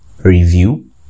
review